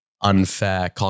unfair